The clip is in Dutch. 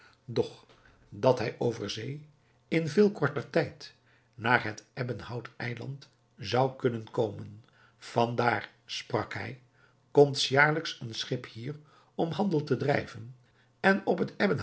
doch dat hij over zee in veel korter tijd naar het ebbenhout eiland zou kunnen komen van daar sprak hij komt s jaarlijks een schip hier om handel te drijven en op het